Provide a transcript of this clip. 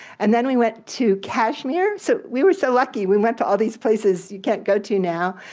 and then we went to kashmir, so we were so lucky. we went to all these places you can't go to now,